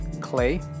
clay